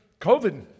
COVID